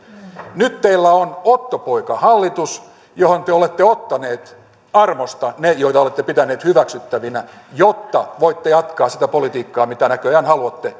nyt teillä on ottopoikahallitus johon te te olette ottaneet armosta ne joita olette pitäneet hyväksyttävinä jotta voitte jatkaa sitä politiikkaa mitä näköjään haluatte